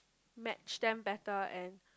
matched them better and